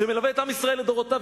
שמלווה את עם ישראל לדורותיו,